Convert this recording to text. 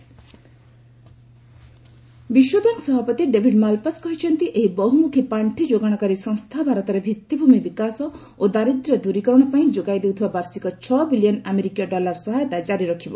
World Bank president ବିଶ୍ୱବ୍ୟାଙ୍କ ସଭାପତି David Malpass କହିଛନ୍ତି ଏହି ବହୁମୁଖୀ ପାଣ୍ଠି ଯୋଗାଣକାରୀ ସଂସ୍ଥା ଭାରତରେ ଭିଭିଭୂମି ବିକାଶ ଓ ଦାରିଦ୍ର୍ୟ ଦୂରୀକରଣ ପାଇଁ ଯୋଗାଇ ଦେଉଥିବା ବାର୍ଷିକ ଛଅ ବିଲିୟନ୍ ଆମେରିକୀୟ ଡଲାର ସହାୟତା କାରି ରଖିବ